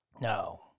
No